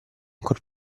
ancor